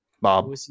Bob